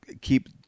keep